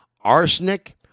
Arsenic